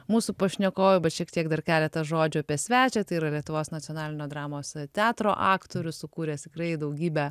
mūsų pašnekovė bet šiek tiek dar keletą žodžių apie svečią tai yra lietuvos nacionalinio dramos teatro aktorius sukūręs tikrai daugybę